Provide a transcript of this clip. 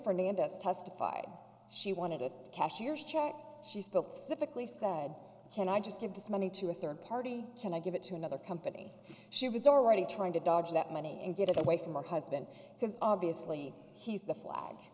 fernandes testified she wanted a cashier's check she's built specifically said can i just give this money to a third party can i give it to another company she was already trying to dodge that money and get it away from my husband because obviously he's the flag